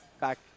back